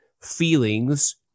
feelings